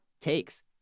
takes